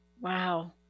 Wow